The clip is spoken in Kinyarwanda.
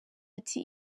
ati